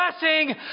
blessing